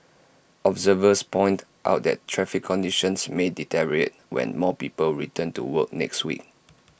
observers pointed out that traffic conditions may deteriorate when more people return to work next week